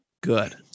good